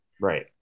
right